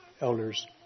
elders